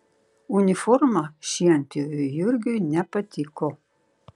uniforma šienpjoviui jurgiui nepatiko